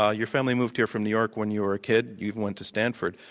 ah your family moved here from new york when you were a kid, you went to stanford,